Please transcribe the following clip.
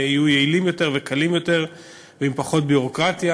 יהיו יעילים יותר וקלים יותר ועם פחות ביורוקרטיה,